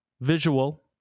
visual